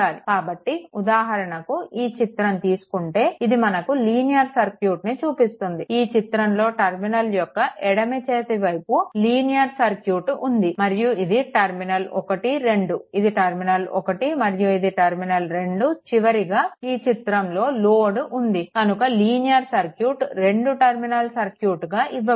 కాబట్టి ఉదాహరణకు ఈ చిత్రం తీసుకుంటే ఇది మనకు లీనియర్ సర్క్యూట్ని చూపిస్తుంది ఈ చిత్రంలో టర్మినల్ యొక్క ఎడమ చేతి వైపు లీనియర్ సర్క్యూట్ ఉంది మరియు ఇది టర్మినల్1 2 ఇది టర్మినల్ 1 మరియు ఇది టర్మినల్ 2 చివరగా ఈ చిత్రంలో లోడ్ ఉంది కనుక లీనియర్ సర్క్యూట్ రెండు టర్మినల్ సర్క్యూట్గా ఇవ్వబడింది